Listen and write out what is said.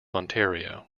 ontario